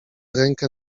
rękę